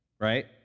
right